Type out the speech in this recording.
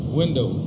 window